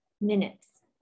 minutes